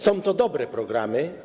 Są to dobre programy.